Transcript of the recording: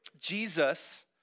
Jesus